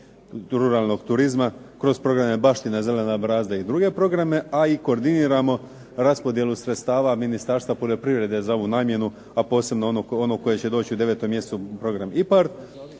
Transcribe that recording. ruralnog turizma kroz programe Baština, Zelena brazda, a i druge programe, a i koordiniramo raspodjelu sredstava Ministarstva poljoprivrede za ovu namjenu, a posebno onu koja će doći u devetom mjesecu program IPARD